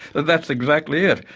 that's exactly it,